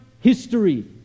history